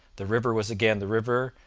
the river was again the river,